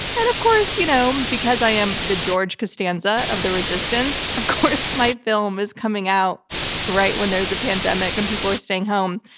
of course, you know um because i am the george costanza of the resistance, of course my film is coming out right when there's a pandemic and people are staying home.